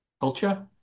culture